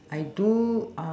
I do